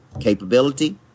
capability